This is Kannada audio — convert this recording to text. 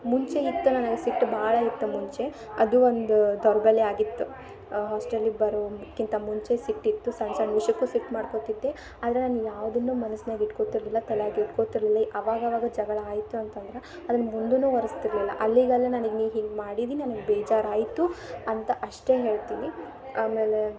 ಮುಂಚೆ ಇತ್ತು ನನಗೆ ಸಿಟ್ಟು ಭಾಳ ಇತ್ತು ಮುಂಚೆ ಅದು ಒಂದು ದೌರ್ಬಲ್ಯ ಆಗಿತ್ತು ಹಾಸ್ಟೆಲಿಗೆ ಬರೋಕ್ಕಿಂತ ಮುಂಚೆ ಸಿಟ್ಟಿತ್ತು ಸಣ್ಣ ಸಣ್ಣ ವಿಷಯಕ್ಕೂ ಸಿಟ್ಟು ಮಾಡ್ಕೊತಿದ್ದೆ ಆದರೆ ನಾನು ಯಾವುದನ್ನೂ ಮನ್ಸ್ನಾಗ ಇಟ್ಕೊತಿರಲಿಲ್ಲ ತಲ್ಯಾಗ ಇಟ್ಕೊತಿರ್ಲಿಲ್ಲ ಅವಾಗಾವಾಗ ಜಗಳ ಆಯಿತು ಅಂತಂದ್ರೆ ಅದನ್ನು ಮುಂದೂವರ್ಸ್ತಿರಲಿಲ್ಲ ಅಲ್ಲಿಗಲ್ಲೇ ನನಿಗೆ ನೀ ಹಿಂಗೆ ಮಾಡಿದೆ ನನಗೆ ಬೇಜಾರಾಯಿತು ಅಂತ ಅಷ್ಟೇ ಹೇಳ್ತೀನಿ ಆಮೇಲೆ